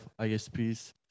isps